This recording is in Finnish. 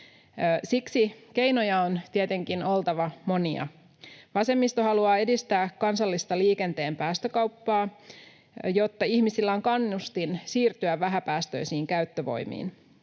Siksi keinoja on tietenkin oltava monia. Vasemmisto haluaa edistää kansallista liikenteen päästökauppaa, jotta ihmisillä on kannustin siirtyä vähäpäästöisiin käyttövoimiin.